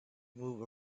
moved